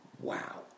Wow